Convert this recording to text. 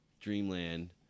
Dreamland